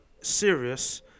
serious